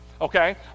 Okay